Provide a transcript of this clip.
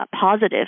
positive